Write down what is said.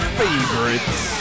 favorites